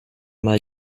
mal